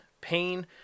pain